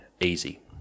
easy